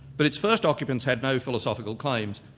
but its first occupants had no philosophical claims,